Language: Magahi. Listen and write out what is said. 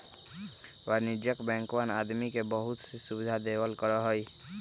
वाणिज्यिक बैंकवन आदमी के बहुत सी सुविधा देवल करा हई